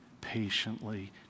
patiently